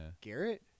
Garrett